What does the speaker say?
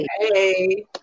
Hey